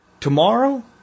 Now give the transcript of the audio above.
Tomorrow